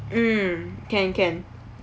mm can can